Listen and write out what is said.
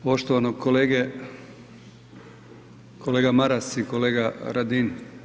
Poštovane kolege, kolega Maras i kolega Radin.